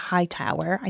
Hightower